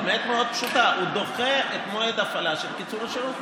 האמת מאוד פשוטה: הוא דוחה את מועד ההפעלה של קיצור השירות,